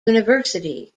university